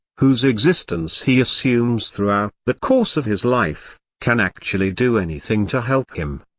whose existence he assumes throughout the course of his life, can actually do anything to help him.